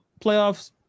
playoffs